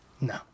No